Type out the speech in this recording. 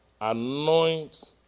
anoint